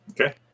Okay